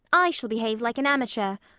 i shall behave like an amateur.